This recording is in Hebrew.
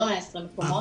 לא 20 מקומות,